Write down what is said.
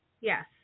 Yes